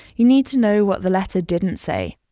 you need to know what the letter didn't say.